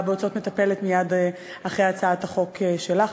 בהוצאות מטפלת מייד אחרי הצעת החוק שלך,